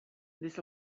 this